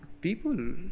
people